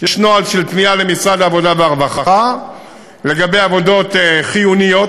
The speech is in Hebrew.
יש נוהל של פנייה למשרד העבודה והרווחה לגבי עבודות חיוניות,